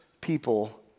people